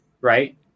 right